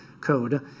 code